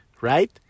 right